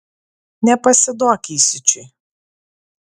nepasiduok įsiūčiui